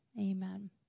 amen